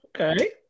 Okay